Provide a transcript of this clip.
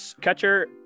Catcher